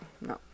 No